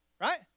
Right